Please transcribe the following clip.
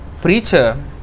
preacher